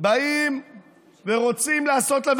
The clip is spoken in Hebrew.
באים ורוצים לעשות לה,